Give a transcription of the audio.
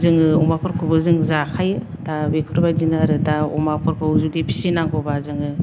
जोङो अमाफोरखौबो जों जाखायो दा बेफोरबायदिनो आरो दा अमाफोरखौ जुदि फिसिनांगौबा जोङो